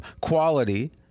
quality